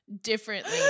differently